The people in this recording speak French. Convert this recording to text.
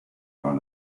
par